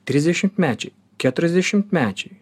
trisdešimtmečiai keturiasdešimtmečiai